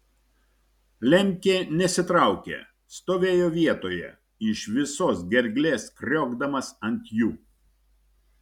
lemkė nesitraukė stovėjo vietoje iš visos gerklės kriokdamas ant jų